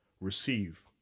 receive